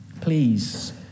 Please